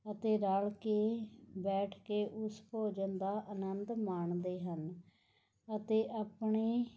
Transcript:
ਅਤੇ ਰਲ਼ ਕੇ ਬੈਠ ਕੇ ਉਸ ਭੋਜਨ ਦਾ ਆਨੰਦ ਮਾਣਦੇ ਹਨ ਅਤੇ ਆਪਣੇ